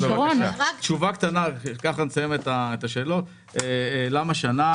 תשובה קטנה, למה שנה